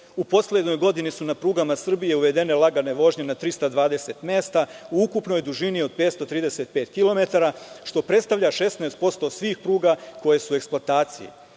U poslednjoj godini su na prugama Srbije uvedene lagane vožnje na 320 mesta u ukupnoj dužini od 535 kilometara, što predstavlja 16% svih pruga koje su